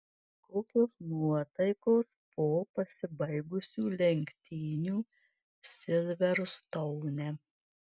kokios nuotaikos po pasibaigusių lenktynių silverstoune